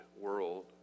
world